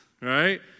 right